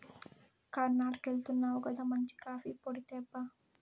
కర్ణాటకెళ్తున్నావు గదా మంచి కాఫీ పొడి తేబ్బా